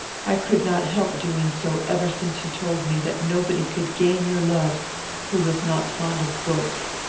i could not help doing so ever since you told me that nobody could gain your love who was not fond of books.